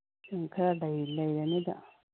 ꯈꯔ ꯂꯩꯔꯅꯤꯗ